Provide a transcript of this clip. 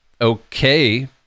okay